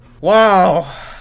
Wow